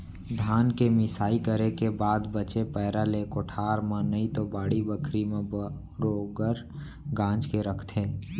धान के मिंसाई करे के बाद बचे पैरा ले कोठार म नइतो बाड़ी बखरी म बरोगर गांज के रखथें